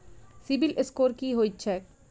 CIBIL score की होइत छैक?